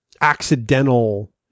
accidental